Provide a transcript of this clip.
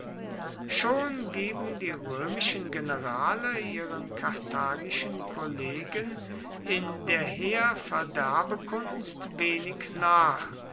schon geben die römischen generale ihren karthagischen kollegen in der heerverderbekunst wenig nach